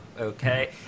okay